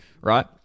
Right